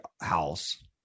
house